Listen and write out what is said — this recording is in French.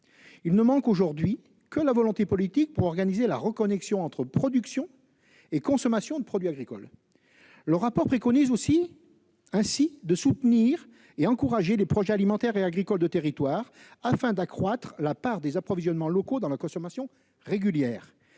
Il ne manque aujourd'hui que la volonté politique pour organiser la reconnexion entre production et consommation de produits agricoles. Le rapport préconise ainsi de soutenir et d'encourager les projets alimentaires et agricoles de territoire afin d'accroître la part des approvisionnements locaux dans la consommation régulière.